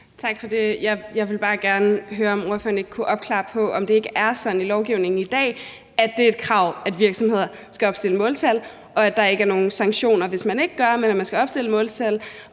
Tak for det. Jeg vil bare gerne høre, om ordføreren ikke kunne opklare, om det ikke er sådan i lovgivningen i dag, at det er et krav, at virksomheder skal opstille måltal, og at der ikke er nogen sanktioner, hvis man ikke gør det – at man altså skal opstille måltal